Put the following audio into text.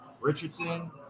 Richardson